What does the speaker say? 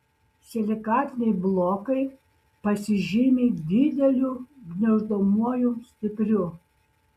silikatiniai blokai pasižymi dideliu gniuždomuoju stipriu